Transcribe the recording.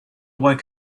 wake